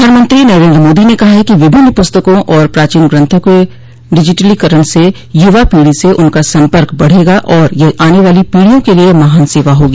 प्रधानमंत्री नरेन्द्र मोदी ने कहा है कि विभिन्न पुस्तकों और प्राचीन ग्रन्थों के डिजिटीकरण से युवा पीढ़ी से उनका संपर्क बढ़ेगा और यह आने वाली पीढ़ियों के लिए महान सेवा होगी